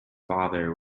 father